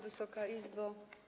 Wysoka Izbo!